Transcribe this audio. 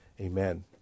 Amen